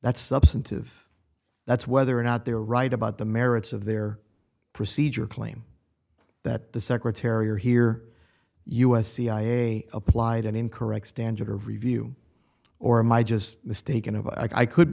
that's substantive that's whether or not they're right about the merits of their procedure claim that the secretary or hear us cia applied an incorrect standard or review or am i just mistaken about i could